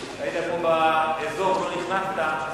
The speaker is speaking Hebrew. היית פה באזור ולא נכנסת,